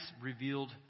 revealed